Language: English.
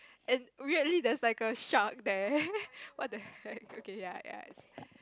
and weirdly there's like a shark there what the heck okay ya ya